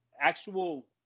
actual